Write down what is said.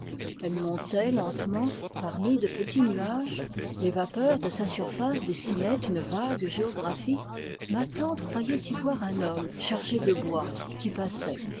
elle montait lentement parmi de petits nuages les vapeurs de sa surface dessinaient une vague géographie ma tante croyait y voir un homme chargé de bois qui passait